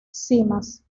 cimas